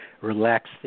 relaxed